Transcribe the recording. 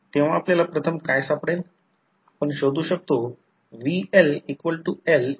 dust कोरमध्ये carbonyl iron किंवा परमाल्लोयचे बारीक कण असतात जे निकेल आणि आयर्न ऍप्लिकेशन रेडिओ आणि टेलिव्हिजन रिसीव्हर्स असतात